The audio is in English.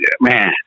man